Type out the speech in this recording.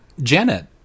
Janet